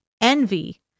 Envy